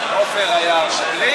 עופר היה המדריך ואני,